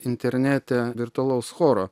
internete virtualaus choro